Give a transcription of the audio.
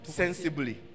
sensibly